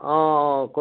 অঁ অঁ